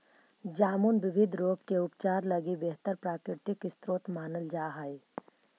जामुन विविध रोग के उपचार लगी बेहतर प्राकृतिक स्रोत मानल जा हइ